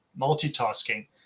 multitasking